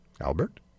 Albert